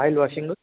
oil washing